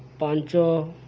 ପାଞ୍ଚ